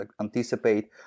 anticipate